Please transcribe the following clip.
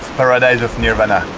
paradise of nirvana